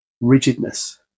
rigidness